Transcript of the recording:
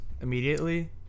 immediately